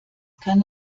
kann